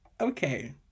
okay